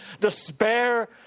despair